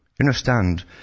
understand